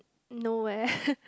no eh